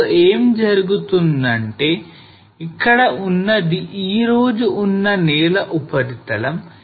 ఇప్పుడు ఏం జరుగుతుందంటే ఇక్కడ ఉన్నది ఈరోజు ఉన్న నేల ఉపరితలం